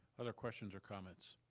other questions or comments?